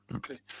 okay